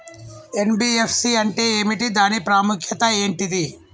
NBFC అంటే ఏమిటి దాని ప్రాముఖ్యత ఏంటిది?